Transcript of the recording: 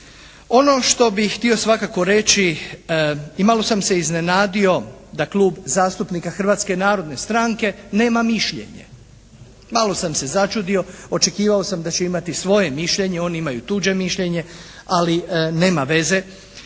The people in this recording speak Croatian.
Ono što bih htio svakako reći i malo sam se iznenadio da Klub zastupnika Hrvatske narodne stranke nema mišljenje. Malo sam se začudio. Očekivao sam da će imati svoje mišljenje. Oni imaju tuđe mišljenje. Ali, nema veze.